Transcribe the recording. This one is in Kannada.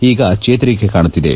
ಈಗ ಚೇತರಿಕೆ ಕಾಣುತ್ತಿದೆ